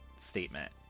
statement